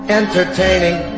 entertaining